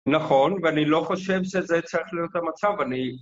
נכון, ואני לא חושב שזה צריך להיות המצב, אני...